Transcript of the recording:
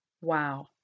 Wow